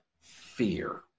fear